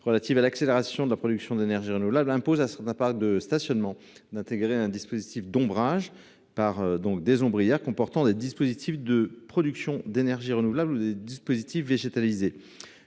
relative à l’accélération de la production d’énergies renouvelables imposent à certains parcs de stationnement d’intégrer un dispositif d’ombrage par des ombrières comportant des dispositifs de production d’énergies renouvelables ou des dispositifs végétalisés.